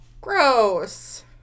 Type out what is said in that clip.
Gross